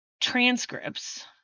transcripts